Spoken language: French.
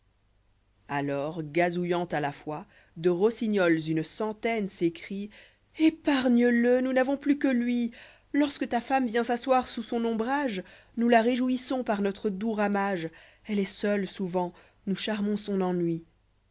alors gazouillant à la fois de rossignols une centaine s'écrie épargne le nous n'avons plus q'ue lui lorsque ta femme vient s'asseoir sous son ombrage nous la réjouissons par notre doux ramage elle est seule souvent nous charmons son ennui